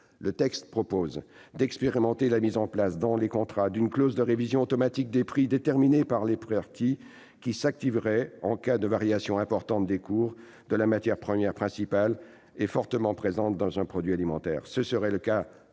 le texte d'expérimenter la mise en place, dans les contrats, d'une clause de révision automatique des prix, déterminée par les parties, qui s'activerait en cas de variation importante du cours de la matière première principale et fortement présente dans un produit alimentaire. Ce serait par